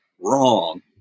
wrong